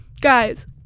Guys